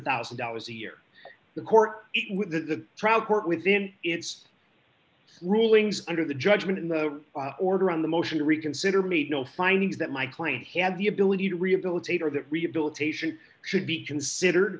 thousand dollars a year the court with the trial court within its rulings under the judgment in the order on the motion to reconsider meet no findings that my client he had the ability to rehabilitate or that rehabilitation should be considered